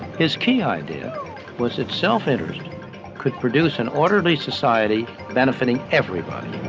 his key idea was that self-interest could produce an orderly society benefiting everybody.